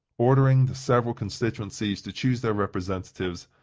ordering the several constituencies to choose their representatives,